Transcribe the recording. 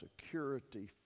security